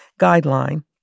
Guideline